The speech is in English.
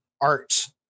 art